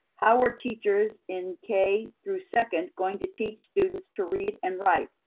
how are teachers in k through second going to teach students to read and write?